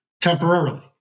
temporarily